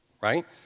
right